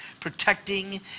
protecting